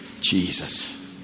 Jesus